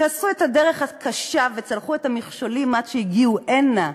שעשו את הדרך הקשה וצלחו את המכשולים עד שהגיעו הנה,